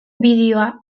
bideoa